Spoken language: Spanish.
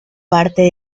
parte